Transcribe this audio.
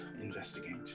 investigate